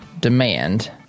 demand